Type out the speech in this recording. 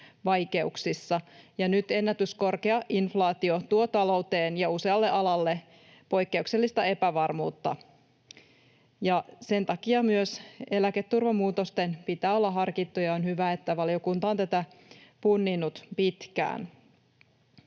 vaikeuksissa, ja nyt ennätyskorkea inflaatio tuo talouteen ja usealle alalle poikkeuksellista epävarmuutta. Sen takia myös eläketurvamuutosten pitää olla harkittuja, ja on hyvä, että valiokunta on tätä punninnut pitkään.